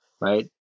right